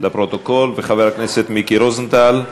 ואת קולו של חבר הכנסת מיקי רוזנטל.